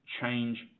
change